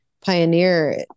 pioneer